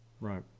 right